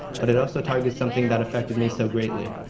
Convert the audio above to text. but it also targets something that affects me so greatly.